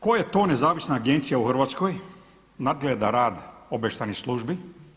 Koja je to nezavisna agencija u Hrvatskoj nadgleda rad obavještajnih službi?